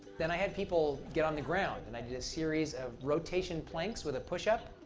then i had people get on the ground, and i did a series of rotation planks with a push-up.